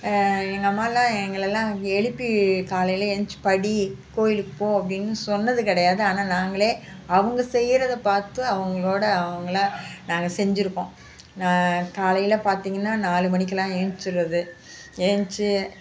எங்கள் அம்மாலாம் எங்களை எல்லாம் எழுப்பி காலையில் எழுந்துச்சி படி கோயிலுக்கு போ அப்படினு சொன்னது கிடையாது ஆனால் நாங்களே அவங்க செய்யறத பார்த்து அவங்களோட அவங்களா நாங்கள் செஞ்சுருக்கோம் நான் காலையில் பார்த்திங்கனா நாலு மணிக்கெல்லாம் ஏந்திச்சிர்றது ஏந்திச்சி